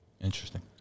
Interesting